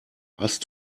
hast